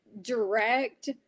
direct